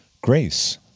grace